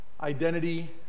identity